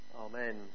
Amen